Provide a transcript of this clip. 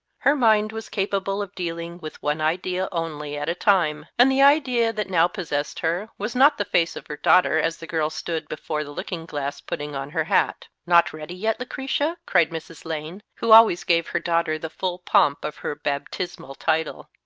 her mind was capable of dealing with one idea only at a time, and the idea that now possessed her was not the face of her daughter as the girl stood before the looking-glass putting on her hat not ready yet, lucretia? cried mrs. lane, who always gave her daughter the full pomp of her baptismal title.